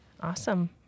Awesome